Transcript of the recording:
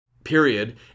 Period